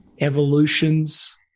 evolutions